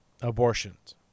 abortions